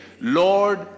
Lord